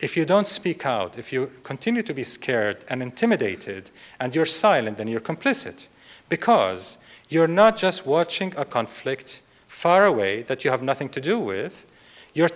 if you don't speak out if you continue to be scared and intimidated and you're silent then you're complicit because you're not just watching a conflict far away that you have nothing to do with your